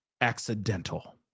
accidental